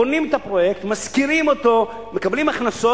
בונים את הפרויקט, משכירים אותו, מקבלים הכנסות.